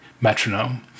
metronome